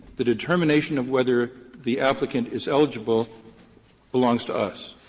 the determination of whether the applicant is eligible belongs to us.